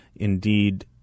Indeed